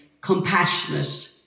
compassionate